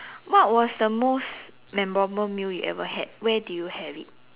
what was the most memorable meal you ever had where did you have it